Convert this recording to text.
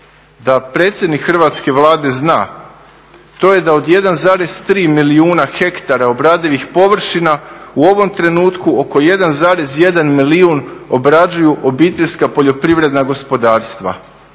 da predsjednik hrvatske Vlade zna, to je da od 1,3 milijuna hektara obradivih površina u ovom trenutku oko 1,1 milijun obrađuju OPG-i. Dakle hrvatska poljoprivreda u potpunosti